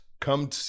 come